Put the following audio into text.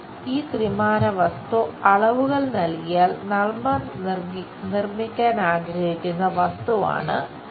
ഈ ത്രിമാന വസ്തു അളവുകൾ നൽകിയാൽ നമ്മൾ നിർമ്മിക്കാൻ ആഗ്രഹിക്കുന്ന വസ്തുവാണ് ഇത്